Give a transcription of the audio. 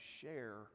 share